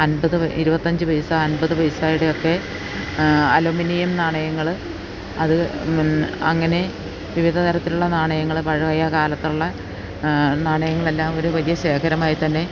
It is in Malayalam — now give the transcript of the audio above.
അൻപത് ഇരുപത്തിയഞ്ചു പൈസ അൻപതു പൈസയുടെയൊക്കെ അലുമിനിയം നാണയങ്ങള് അത് അങ്ങനെ വിവിധ തരത്തിലുള്ള നാണയങ്ങള് പഴയ കാലത്തുള്ള നാണയങ്ങളെല്ലാം ഒരു വലിയ ശേഖരമായിത്തന്നെ